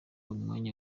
umwanya